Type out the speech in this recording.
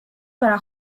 para